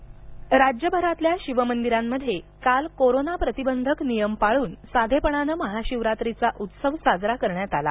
महाशिवरात्र राज्यभरातल्या शिवमंदिरांमधे काल कोरोना प्रतिबंधक नियम पाळून साधेपणानं महाशिवरात्रीचा उत्सव साजरा करण्यात आला